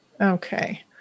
Okay